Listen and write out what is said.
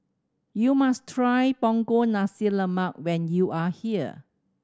you must try Punggol Nasi Lemak when you are here